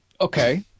Okay